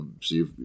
See